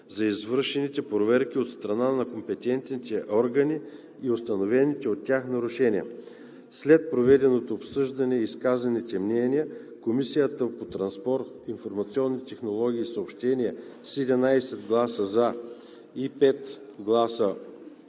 за извършените проверки от страна на компетентните органи и установените от тях нарушения. След проведеното обсъждане и изказаните мнения Комисията по транспорт, информационни технологии и съобщения с 11 гласа „за“, 5 гласа